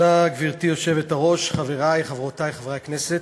גברתי היושבת-ראש, תודה, חברי וחברותי חברי הכנסת,